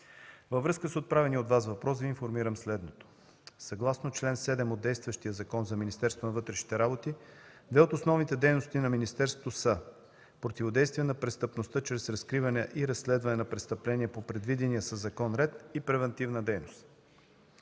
във връзка с отправения от Вас въпрос Ви информирам следното. Съгласно чл. 7 от действащия Закон за МВР две от основните дейности на министерството са противодействие на престъпността чрез разкриване и разследване на престъпления по предвидения със закон ред и превантивна дейност.